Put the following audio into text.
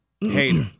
hater